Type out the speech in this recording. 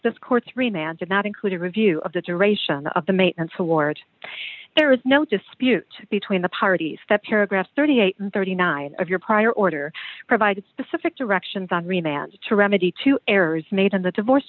did not include a review of the duration of the maintenance award there is no dispute between the parties that paragraph thirty eight and thirty nine of your prior order provide specific directions on remand to remedy to errors made in the divorce